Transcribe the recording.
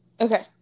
Okay